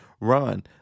run